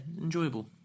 enjoyable